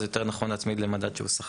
אז יותר נכון להצמיד למדד של שכר.